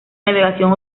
navegación